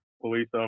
police